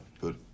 Good